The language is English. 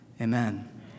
Amen